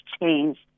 changed